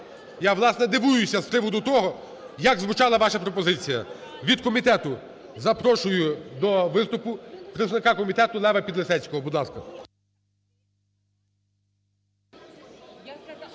дивуюся з приводу того, як звучала ваша пропозиція. Від комітету запрошую до виступу представника комітету ЛеваПідлісецького.